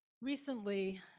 recently